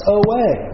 away